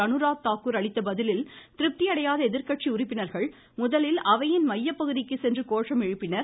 அனுராக் தாக்கூர் அளித்த பதிலில் திருப்தி அடையாத எதிர்கட்சி உறுப்பினர்கள் முதலில் அவையின் மையப்பகுதிக்கு சென்று கோஷம் எழுப்பினர்